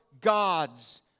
God's